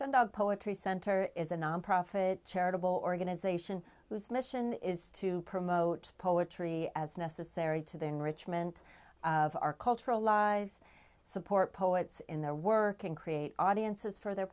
sundog poetry center is a nonprofit charitable organization whose mission is to promote poetry as necessary to the enrichment of our cultural lives support poets in their work and create audiences for their